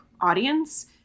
audience